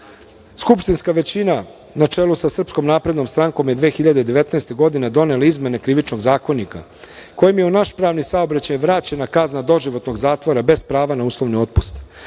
pitanja. Skupštinska većina na čelu sa Srpskom naprednom strankom je 2019. godine donele izmene Krivičnog zakonika, kojim je u naš pravni saobraćaj vraćena kazna doživotnog zatvora, bez prava na uslovni